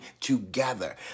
together